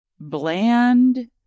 bland